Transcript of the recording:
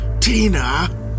Tina